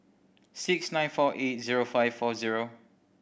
six nine four eight zero five four zero